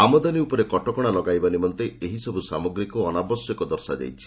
ଆମଦାନି ଉପରେ କଟକଣା ଲଗାଇବା ନିମନ୍ତେ ଏଇସବୁ ସାମଗ୍ରୀକୁ ଅନାବଶ୍ୟକ ଦର୍ଶା ଯାଇଛି